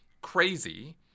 crazy